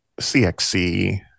CXC